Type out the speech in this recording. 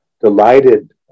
delighted